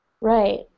Right